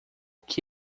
que